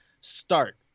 start